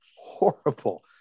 horrible